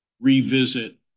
revisit